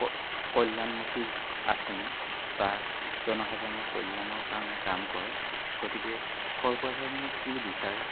কল্যাণমুখী আঁচনি বা জনসাধাৰণৰ কল্যাণৰ কাৰণে কাম কৰে গতিকে সৰ্বসাধাৰণে কি বিচাৰে